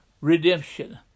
redemption